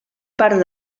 part